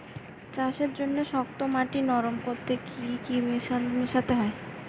চাষের জন্য শক্ত মাটি নরম করতে কি কি মেশাতে হবে?